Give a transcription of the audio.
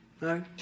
No